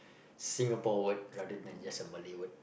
Singapore word rather than just a Malay word